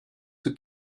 zur